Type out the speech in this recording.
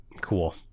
Cool